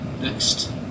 next